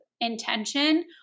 intention